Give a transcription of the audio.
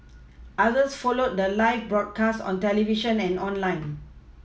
others followed the live broadcast on television and online